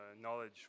knowledge